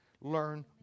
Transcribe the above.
Learn